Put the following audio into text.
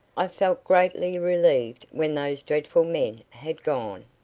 i felt greatly relieved when those dreadful men had gone.